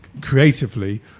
creatively